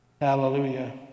Hallelujah